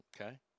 Okay